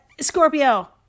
Scorpio